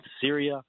Syria